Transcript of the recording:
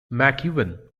mcewen